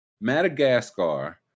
Madagascar